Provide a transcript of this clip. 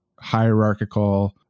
hierarchical